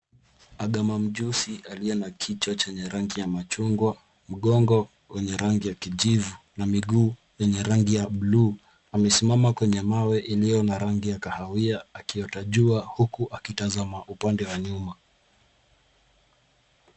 Angama mjusi aliye na kichwa chenye rangi ya mchungwa, mgongo wenye rangi ya kijivu na miguu yenye rangi ya buluu amesimama kwenye mawe iliyo na rangi ya kahawia akiota jua huku akitazama upande wa nyuma.